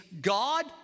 God